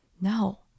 No